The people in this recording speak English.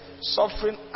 suffering